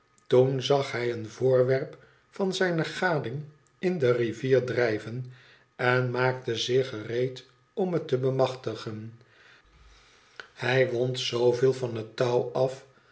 toen zag hij een voorwerp van zijne gading in de rivier drijven en maakte zich gereed om het te bemachtigen hij wond zooveel van het touw af